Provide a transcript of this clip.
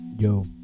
yo